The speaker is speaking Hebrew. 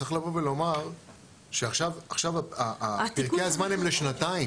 צריך לבוא ולומר שעכשיו פרקי הזמן הם לשנתיים.